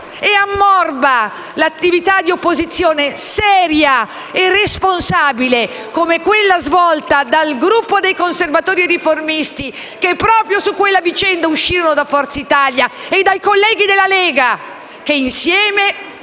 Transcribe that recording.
e ammorba l'attività di opposizione seria e responsabile, come quella svolta dal Gruppo dei Conservatori e Riformisti, che proprio per quella vicenda uscì da Forza Italia, e dai colleghi della Lega che, insieme,